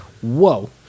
Whoa